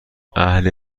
اهل